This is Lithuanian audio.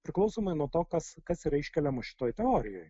priklausomai nuo to kas kas yra iškeliama šitoj teorijoj